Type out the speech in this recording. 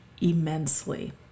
immensely